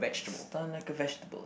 stun like a vegetable